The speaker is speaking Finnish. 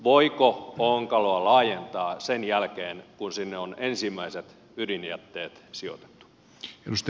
voiko onkaloa laajentaa sen jälkeen kun sinne on ensimmäiset ydinjätteet sijoitettu